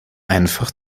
einfach